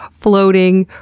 floating,